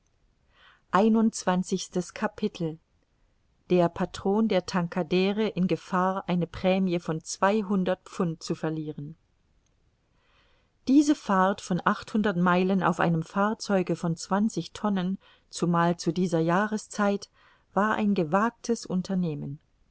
der patron der tankadre in gefahr eine prämie von zweihundert pfund zu verlieren diese fahrt von achthundert meilen auf einem fahrzeuge von zwanzig tonnen zumal zu dieser jahreszeit war ein gewagtes unternehmen